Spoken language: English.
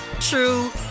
true